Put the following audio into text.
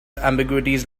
ambiguities